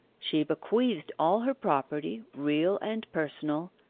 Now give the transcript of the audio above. she bequeathed all her property, real and personal,